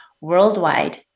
worldwide